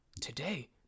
today